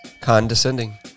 Condescending